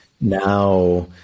now